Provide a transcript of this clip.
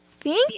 Thank